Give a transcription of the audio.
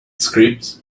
scripts